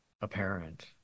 apparent